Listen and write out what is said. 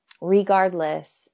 Regardless